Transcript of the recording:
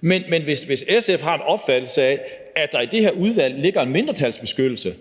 Men hvis SF har en opfattelse af, at der i det her udvalg ligger en mindretalsbeskyttelse,